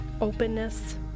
Openness